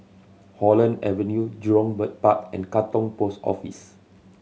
Holland Avenue Jurong Bird Park and Katong Post Office